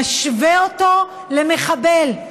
משווה אותו למחבל,